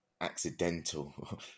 accidental